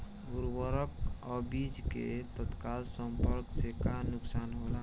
उर्वरक अ बीज के तत्काल संपर्क से का नुकसान होला?